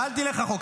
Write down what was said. ואז נלך לחוק.